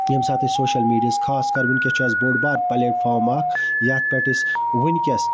ییٚمہِ ساتہٕ أسۍ سوشَل میٖڈیاہَس خاص کَر وٕنۍکٮ۪س اَسہِ بوٚڈ بار پٕلیٹارم اَکھ یتھ پٮ۪ٹھ أسۍ وٕنۍکٮ۪س